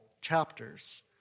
chapters